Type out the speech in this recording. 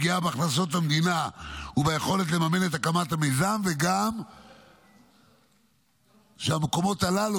פגיעה בהכנסות המדינה וביכולת לממן את הקמת המיזם וגם שהמקומות הללו,